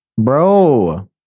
bro